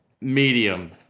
medium